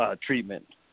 treatment